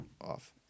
off